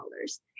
dollars